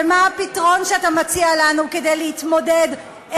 ומה הפתרון שאתה מציע לנו כדי להתמודד עם,